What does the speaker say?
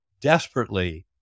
desperately